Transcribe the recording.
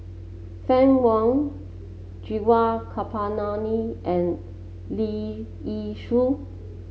Fann Wong Gaurav Kripalani and Leong Yee Soo